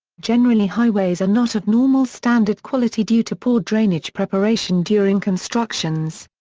generally highways are not of normal standard quality due to poor drainage preparation during constructions.